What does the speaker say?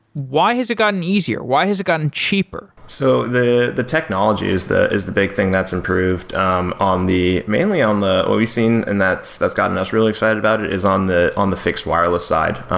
why has it gotten easier? why has it gotten cheaper? so the the technology is the is the big thing that's improved um on the mainly on what we've seen and that's that's gotten us really excited about it is on the on the fixed wireless side.